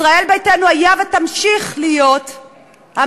ישראל ביתנו הייתה ותמשיך להיות המגינה,